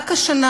רק השנה,